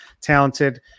talented